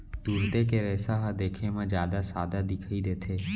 तुरते के रेसा ह देखे म जादा सादा दिखई देथे